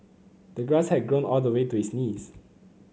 the grass had grown all the way to his knees